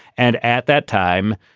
and at that time,